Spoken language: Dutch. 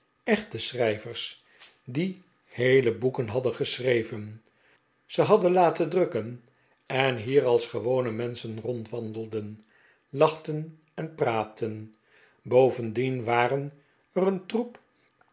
echte schrijvers die heele boeken hadden geschreven ze hadden laten drukken en hier als gewone menschen rondwandelden lachten en praatten bovendien waren er een troep